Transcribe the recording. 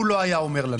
הוא לא היה אומר לנו.